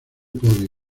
podio